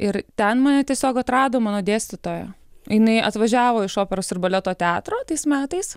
ir ten mane tiesiog atrado mano dėstytoja jinai atvažiavo iš operos ir baleto teatro tais metais